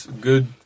good